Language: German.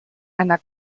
einer